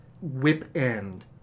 whip-end